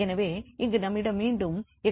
எனவே இங்கு நம்மிடம் மீண்டும் x36 உள்ளது